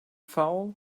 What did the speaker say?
foul